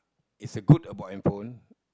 is a good about handphone